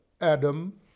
Adam